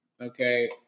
Okay